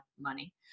money